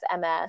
MS